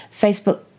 Facebook